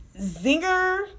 Zinger